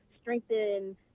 strengthen